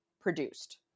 produced